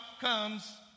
comes